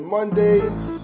Mondays